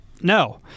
no